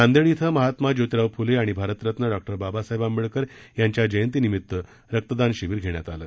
नांदेड इथं महात्मा ज्योतिराव फूले आणि भारतरत्न डॉक्टर बाबासाहेब आंबेडकर यांच्या जयंतीनिमित्त रक्तदान शिबिर घेण्यात आलं